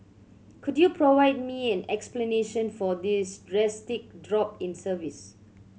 could you provide me an explanation for this drastic drop in service